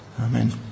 Amen